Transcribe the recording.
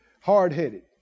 hard-headed